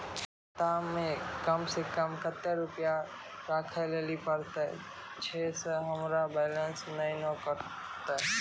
खाता मे कम सें कम कत्ते रुपैया राखै लेली परतै, छै सें हमरो बैलेंस नैन कतो?